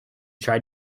tried